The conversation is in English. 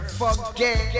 forget